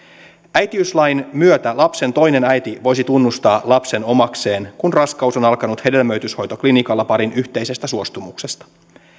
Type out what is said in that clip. äitiyslain myötä lapsen toinen äiti voisi tunnustaa lapsen omakseen kun raskaus on alkanut hedelmöityshoitoklinikalla parin yhteisestä suostumuksesta